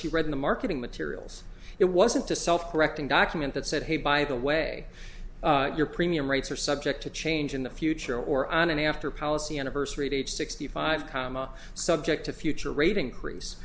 she read in the marketing materials it wasn't a self correcting document that said hey by the way your premium rates are subject to change in the future or on an after policy anniversary age sixty five comma subject to future rating cre